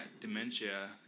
dementia